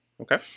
Okay